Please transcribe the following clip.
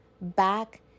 back